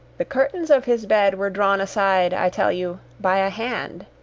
the curtains of his bed were drawn aside, i tell you, by a hand.